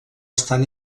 estan